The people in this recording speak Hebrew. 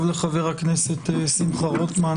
בוקר טוב לחבר הכנסת שמחה רוטמן,